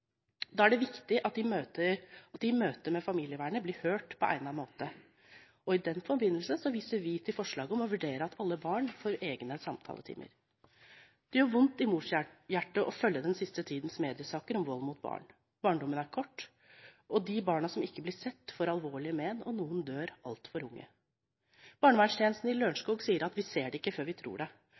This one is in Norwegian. Da er det viktig at de i møte med familievernet blir hørt på egnet måte. I den forbindelse viser vi til forslaget om å vurdere at alle barn får egne samtaletimer. Det gjør vondt i morshjertet å følge den siste tidens mediesaker om vold mot barn. Barndommen er kort, og de barna som ikke blir sett, får alvorlige men, og noen dør altfor unge. Barnevernstjenesten i Lørenskog sier at vi ser det ikke før vi tror det.